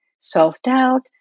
self-doubt